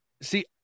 See